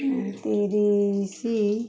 ତିରିଶ